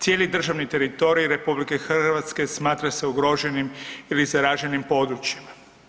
Cijeli državni teritorij RH smatra se ugroženim ili zaraženim područjima.